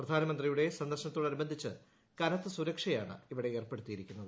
പ്രധാനന്ത്രിയുടെ സന്ദർശനത്തോടനുബന്ധിച്ച് കനത്ത സുരക്ഷയാണ് ഇവിടെ ഏർപ്പെടുത്തിയിരിക്കുന്നത്